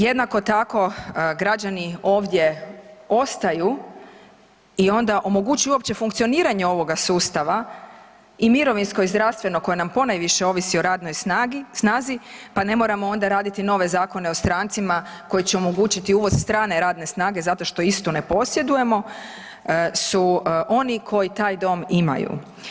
Jednako tako građani ovdje ostaju i onda omogućuju uopće funkcioniranje ovoga sustava i mirovinsko i zdravstveno koje nam ponajviše ovisi o radnoj snazi, pa ne moramo onda raditi nove Zakone o strancima koji će omogućiti uvoz strane radne snage zato što istu ne posjedujemo su oni koji taj dom imaju.